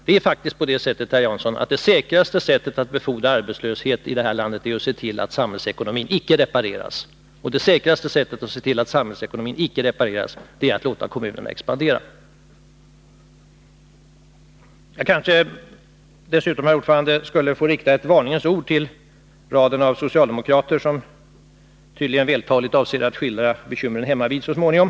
Det är faktiskt så, herr Jansson, att det säkraste sättet att befordra arbetslöshet i det här landet är att se till att samhällsekonomin icke repareras, och det säkraste sättet att se till att samhällsekonomin icke repareras är att låta kommunerna expandera. Jag kanske dessutom, herr talman, får rikta ett varningens ord till raden av socialdemokrater som tydligen avser att vältaligt skildra bekymren hemmavid så småningom.